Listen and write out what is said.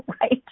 right